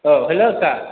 औ हेलौ सार